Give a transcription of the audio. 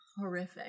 Horrific